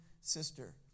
sister